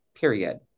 period